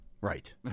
Right